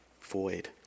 void